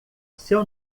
seu